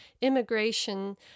immigration